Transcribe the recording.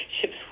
ships